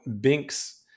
binks